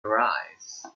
arise